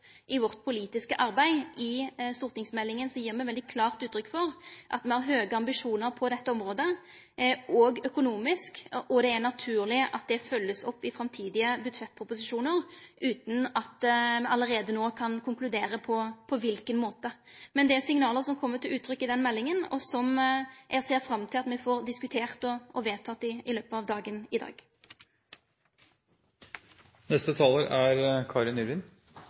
i vårt politiske arbeid. I stortingsmeldinga gjev me veldig klart uttrykk for at me har høge ambisjonar på dette området òg økonomisk, og det er naturleg at det vert følgt opp i framtidige budsjettproposisjonar – utan at me allereie no kan konkludere med omsyn til på kva måte. Men det er signal som kjem til uttrykk i denne meldinga, og som eg ser fram til at me skal få diskutert og vedteke i løpet av dagen i